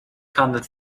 hundred